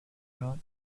not